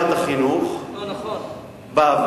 במערכת החינוך בעבר.